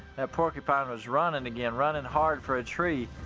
that porcupine was running again, running hard for a tree.